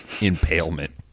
impalement